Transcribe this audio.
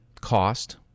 cost